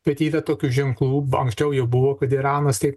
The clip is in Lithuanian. bet yra tokių ženklų anksčiau jau buvo kad iranas taip